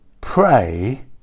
pray